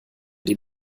dem